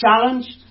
challenged